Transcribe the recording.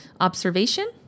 Observation